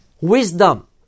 wisdom